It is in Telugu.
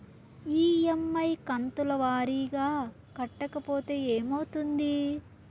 ఇ.ఎమ్.ఐ కంతుల వారీగా కట్టకపోతే ఏమవుతుంది?